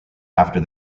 after